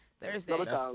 thursday